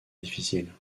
difficile